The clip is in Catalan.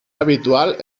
habitual